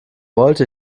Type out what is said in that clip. wollte